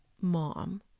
mom